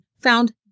found